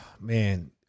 man